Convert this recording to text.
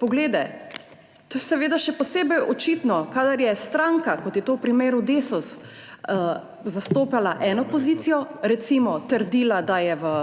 poglede. To je seveda še posebej očitno, kadar je stranka, kot je to v primeru Desus, zastopala eno pozicijo, recimo trdila, da je v